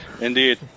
Indeed